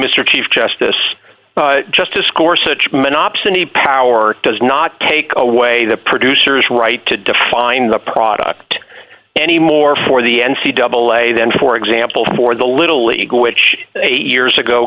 mr chief justice just to score such monopsony power does not take away the producer's right to define the product anymore for the n c double a then for example for the little league which eight years ago